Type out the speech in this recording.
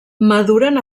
maduren